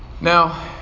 Now